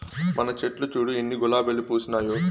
మన చెట్లు చూడు ఎన్ని గులాబీలు పూసినాయో